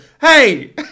Hey